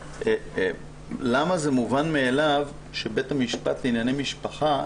למה זה מובן מאליו שבית המשפט לענייני משפחה,